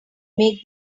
make